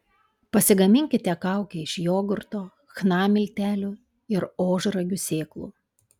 pasigaminkite kaukę iš jogurto chna miltelių ir ožragių sėklų